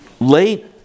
Late